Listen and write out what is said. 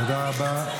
תודה רבה.